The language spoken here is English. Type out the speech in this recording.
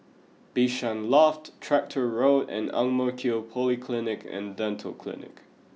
Bishan Loft Tractor Road and Ang Mo Kio Polyclinic and Dental Clinic